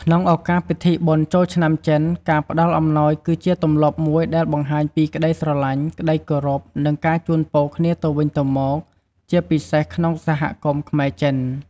ក្នុងឱកាសពិធីបុណ្យចូលឆ្នាំចិន ការផ្ដល់អំណោយគឺជាទម្លាប់មួយដែលបង្ហាញពីក្ដីស្រឡាញ់ ក្ដីគោរព និងការជូនពរទៅគ្នាវិញទៅមក ជាពិសេសក្នុងសហគមន៍ខ្មែរ-ចិន។